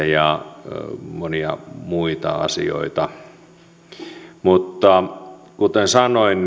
ja monia muita asioita esille mutta kuten sanoin